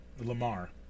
Lamar